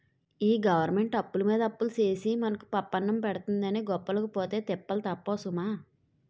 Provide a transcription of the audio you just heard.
ఈ గవరమెంటు అప్పులమీద అప్పులు సేసి మనకు పప్పన్నం పెడతందని గొప్పలకి పోతే తిప్పలు తప్పవు సుమా